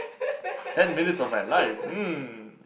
ten minutes of my life mm